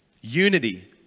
Unity